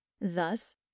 Thus